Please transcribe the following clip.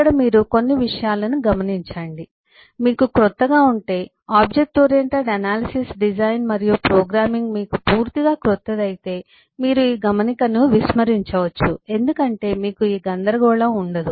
ఇక్కడ మీరు కొన్ని విషయాలను గమనించండి మీకు క్రొత్తగా ఉంటే ఆబ్జెక్ట్ ఓరియెంటెడ్ అనాలిసిస్ డిజైన్ మరియు ప్రోగ్రామింగ్ మీకు పూర్తిగా క్రొత్తది అయితే మీరు ఈ గమనికను విస్మరించవచ్చు ఎందుకంటే మీకు ఈ గందరగోళం ఉండదు